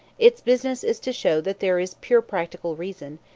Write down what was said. its business is to show that there is pure practical reason,